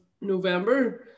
November